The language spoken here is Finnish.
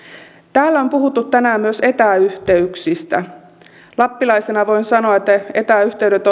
täällä on puhuttu tänään myös etäyhteyksistä lappilaisena voin sanoa että etäyhteydet